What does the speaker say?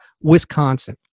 Wisconsin